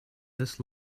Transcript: this